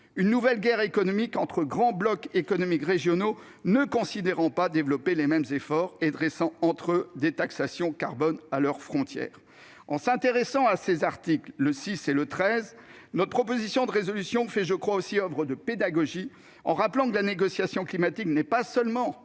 une nouvelle guerre économique entre grands blocs économiques régionaux n'estimant pas devoir développer les mêmes efforts et dressant entre eux des taxations carbone à leurs frontières. En s'intéressant à ces articles 6 et 13, notre proposition de résolution fait aussi, me semble-t-il, oeuvre de pédagogie en rappelant que la négociation climatique n'est pas seulement